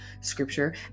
scripture